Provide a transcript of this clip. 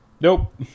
Nope